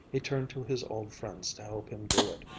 he turned to his old friends to help him do it.